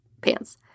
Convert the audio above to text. pants